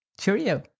Cheerio